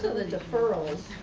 the deferrals